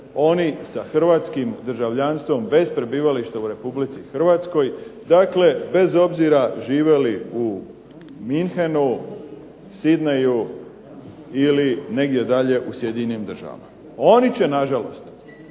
oni sa Hrvatskim državljanstvo bez prebivališta u Republici Hrvatskoj, bez obzira žive li u Münchenu, Sidney-u ili negdje dalje u sjedinjenim Državama. Oni će na žalost